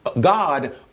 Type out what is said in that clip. God